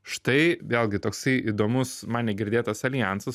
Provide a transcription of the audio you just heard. štai vėlgi toksai įdomus man negirdėtas aljansas